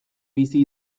bizi